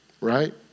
right